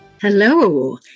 Hello